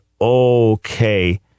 Okay